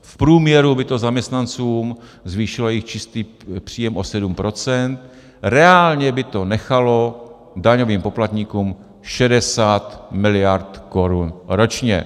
V průměru by to zaměstnancům zvýšilo jejich čistý příjem o 7 %, reálně by to nechalo daňovým poplatníkům 60 miliard korun ročně.